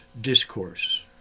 discourse